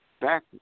back